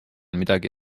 midagi